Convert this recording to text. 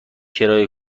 کرایه